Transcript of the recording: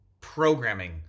programming